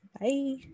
bye